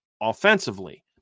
offensively